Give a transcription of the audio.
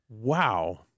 wow